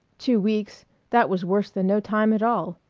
two weeks that was worse than no time at all.